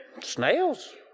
snails